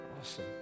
Awesome